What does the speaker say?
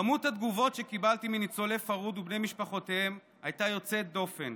כמות התגובות שקיבלתי מניצולי פרהוד ובני משפחותיהם הייתה יוצאת דופן,